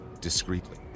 discreetly